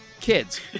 kids